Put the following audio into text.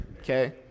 okay